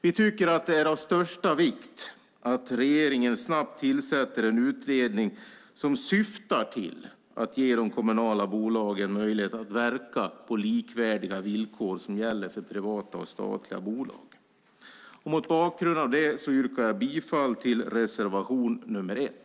Vi tycker att det är av största vikt att regeringen snabbt tillsätter en utredning som syftar till att ge de kommunala bolagen möjlighet att verka på likvärdiga villkor som privata och statliga bolag. Mot bakgrund av detta yrkar jag bifall till reservation nr 1.